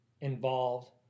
involved